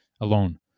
alone